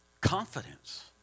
Confidence